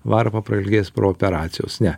varpa prailgės pro operacijos ne